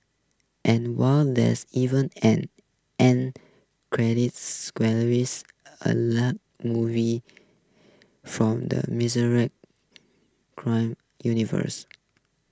and wow there's even an end credit a la movies from the cry universe